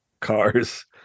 cars